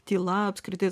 tyla apskritai